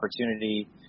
opportunity